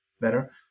better